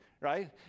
right